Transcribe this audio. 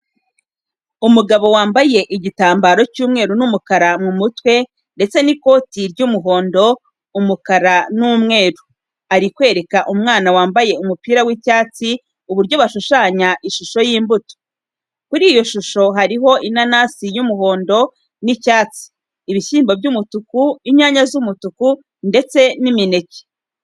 Umugabo wambaye igitambaro cy'umweru n'umukara mu mutwe ndetse n'ikoti ry'umuhondo, umukara n'umweru, ari kwereka umwana wambaye umupira w'icyatsi uburyo bashushanya ishusho y'imbuto. Kuri iyo shusho hariho inanasi y'umuhondo n'icyatsi, ibishyimbo by'umutuku, inyanya z'umutuku ndetse n'imineke.